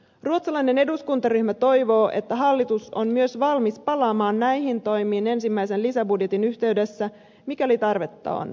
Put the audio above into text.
ruotsalainen eduskuntaryhmä toivoo että hallitus on myös valmis palaamaan näihin toimiin ensimmäisen lisäbudjetin yhteydessä mikäli tarvetta on